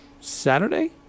Saturday